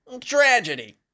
Tragedy